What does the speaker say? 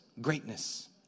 greatness